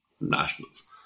nationals